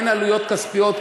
ואין עלויות כספיות,